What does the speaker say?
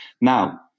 now